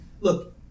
look